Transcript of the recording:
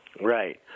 Right